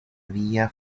villa